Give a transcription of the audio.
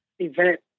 event